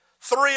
Three